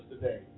today